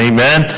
Amen